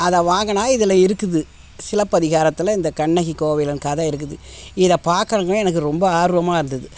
அதை வாங்கினா இதில் இருக்குது சிலப்பதிகாரத்தில் இந்த கண்ணகி கோவலன் கதை இருக்குது இதை பார்க்கறங்க எனக்கு ரொம்ப ஆர்வமாக இருந்தது